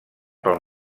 pel